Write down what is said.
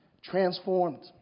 transformed